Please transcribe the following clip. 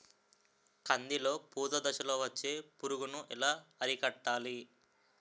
కందిలో పూత దశలో వచ్చే పురుగును ఎలా అరికట్టాలి?